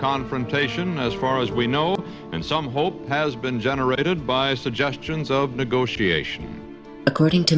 confrontation as far as we know and some hope has been generated by suggestions of negotiation according to